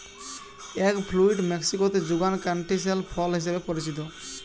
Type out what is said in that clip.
egg fruit মেক্সিকোতে যুগান ক্যান্টিসেল ফল হিসেবে পরিচিত